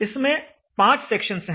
इसमें 5 सेक्शंस हैं